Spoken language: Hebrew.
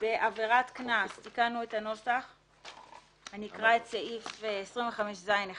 בעבירת קנס תיקנו את הנוסח ואני אקרא את סעיף 25ז1(ב):